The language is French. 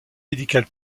médical